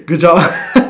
good job